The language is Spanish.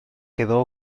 quedó